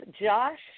Josh